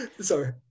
Sorry